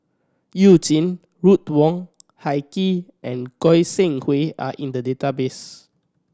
You Jin Ruth Wong Hie King and Goi Seng Hui are in the database